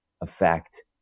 affect